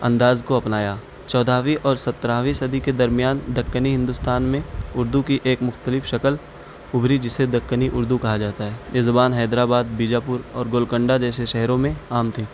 انداز کو اپنایا چودہویں اور سترہویں صدی کے درمیان دکنی ہندوستان میں اردو کی ایک مختلف شکل ابھری جسے دکنی اردو کہا جاتا ہے یہ زبان حیدرآباد بیجاپور اور گولکنڈہ جیسے شہروں میں عام تھی